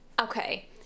okay